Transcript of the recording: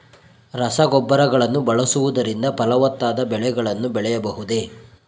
ರಸಗೊಬ್ಬರಗಳನ್ನು ಬಳಸುವುದರಿಂದ ಫಲವತ್ತಾದ ಬೆಳೆಗಳನ್ನು ಬೆಳೆಯಬಹುದೇ?